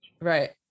Right